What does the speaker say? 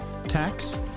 Tax